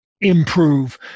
improve